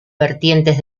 vertientes